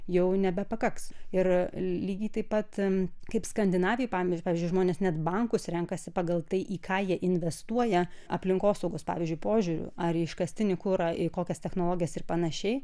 jau nebepakaks ir lygiai taip pat kaip skandinavijoj pavyzdžiui pavyzdžiui žmonės net bankus renkasi pagal tai į ką jie investuoja aplinkosaugos pavyzdžiui požiūriu ar į iškastinį kurą į kokias technologijas ir panašiai